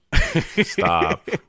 Stop